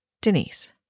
Denise